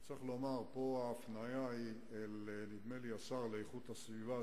פה ההפניה היא אל השר להגנת הסביבה,